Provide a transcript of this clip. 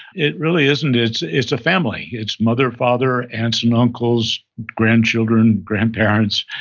it really isn't, it's it's a family. it's mother, father, aunts and uncles, grandchildren, grandparents.